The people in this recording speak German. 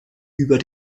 über